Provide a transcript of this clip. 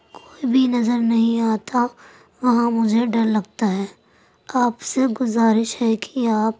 کوئی بھی نظر نہیں آتا وہاں مجھے ڈر لگتا ہے آپ سے گزارش ہے کہ آپ